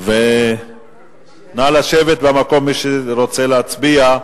נא לשבת במקום, מי שרוצה להצביע,